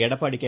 Edappadi K